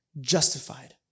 justified